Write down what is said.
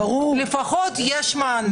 לפחות יש מענה.